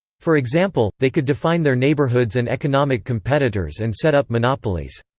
for example, they could define their neighborhoods and economic competitors and set up monopolies.